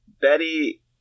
Betty